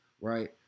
right